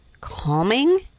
calming